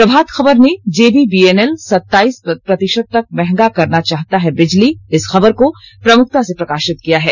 प्रभात खबर ने जेवीबीएनएल सताइस प्रतिशत तक महंगा करना चाहता है बिजली खबर को प्रमुखता से प्रकाशित किया है